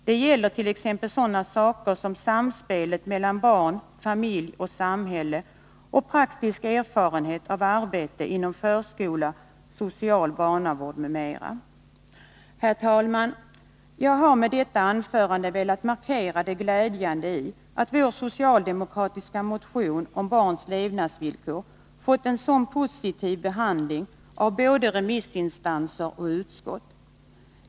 Det kan gälla sådana saker som samspelet mellan barn, familj och samhället samt praktisk erfarenhet av arbete inom förskola, social barnavård m.m. Herr talman! Jag har med detta anförande velat markera det glädjande i att den socialdemokratiska motionen om barns levnadsvillkor har fått en sådan posititv behandling av både remissinstanser och utskott.